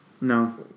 no